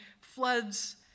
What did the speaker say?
floods